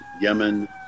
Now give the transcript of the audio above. Yemen